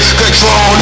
control